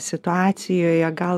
situacijoje gal